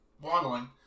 Waddling